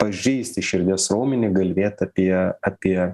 pažeisti širdies raumenį galvėt apie apie